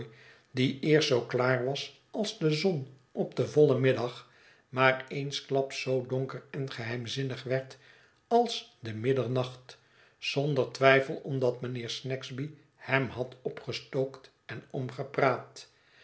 die eerst zoo klaar was als de zon op den vollen middag maar eensklaps zoo donker en geheimzinnig werd als de middernacht zonder twijfel omdat mijnheer snagsby hem had opgestookt en omgepraat